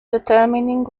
determining